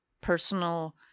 personal